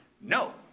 No